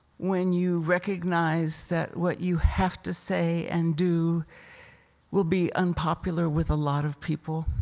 when you recognize that what you have to say and do will be unpopular with a lot of people.